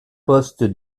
poste